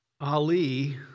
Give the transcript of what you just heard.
Ali